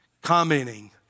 Commenting